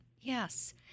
Yes